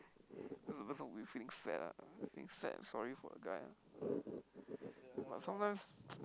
then the person would feeling sad ah feeling sad and sorry for the guy ah but sometimes